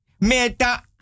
meta